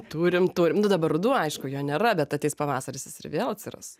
turim turim nu dabar ruduo aišku jo nėra bet ateis pavasaris jis ir vėl atsiras